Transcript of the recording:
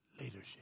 leadership